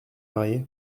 marier